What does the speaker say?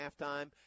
halftime